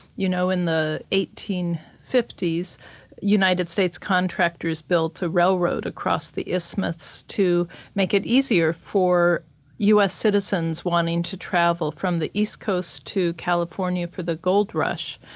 you know in the eighteen fifty s united states contractors built a railroad across the isthmus to make it easier for us citizens wanting to travel from the east coast to california for the gold rush,